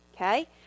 okay